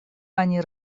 они